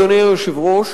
אדוני היושב-ראש,